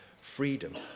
freedom